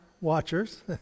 watchers